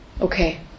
Okay